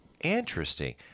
Interesting